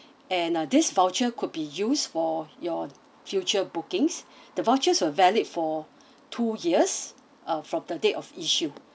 and uh this voucher could be used for your future bookings the vouchers were valid for two years uh from the date of issue